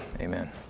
Amen